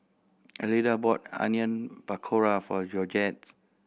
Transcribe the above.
Elida bought Onion Pakora for Georgette